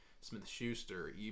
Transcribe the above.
Smith-Schuster